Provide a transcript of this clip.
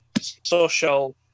social